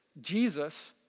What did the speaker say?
Jesus